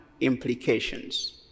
implications